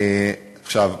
עכשיו,